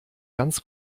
ganz